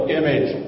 image